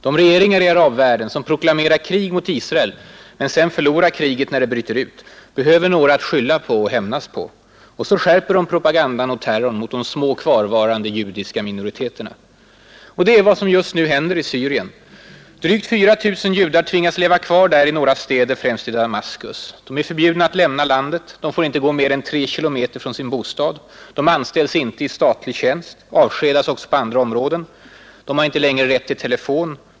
De regeringar i arabvärlden som proklamerar krig mot Israel men sedan förlorar kriget när det bryter ut behöver några att skylla på och hämnas på. Och så skärper de propagandan och terrorn mot de små, kvarvarande judiska minoriteterna. Det är vad som just nu händer i Syrien. Drygt 4 000 judar tvingas leva kvar där i några städer, främst i Damaskus. De är förbjudna att lämna landet. De får inte gå mer än tre kilometer från sin bostad. De anställs inte i statlig tjänst och avskedas också på andra områden. De har inte längre rätt till telefon.